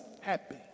happy